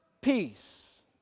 peace